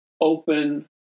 open